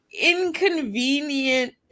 inconvenient